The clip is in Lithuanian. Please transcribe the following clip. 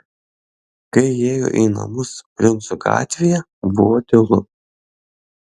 kai įėjo į namus princų gatvėje buvo tylu